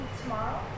tomorrow